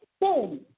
Boom